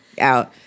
Out